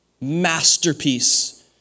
masterpiece